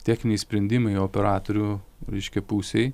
techniniai sprendimai operatorių reiškia pusėj